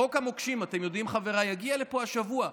חוק המוקשים, אתם יודעים, חבריי, יגיע לפה השבוע.